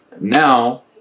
now